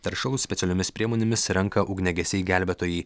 teršalus specialiomis priemonėmis renka ugniagesiai gelbėtojai